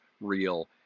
real